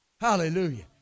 Hallelujah